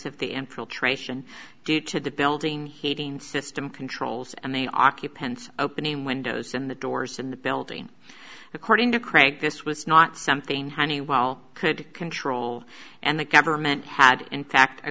of the end filtration due to the building heating system controls and they occupants opening windows in the doors in the building according to craig this was not something honeywell could control and the government had in fact